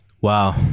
Wow